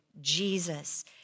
Jesus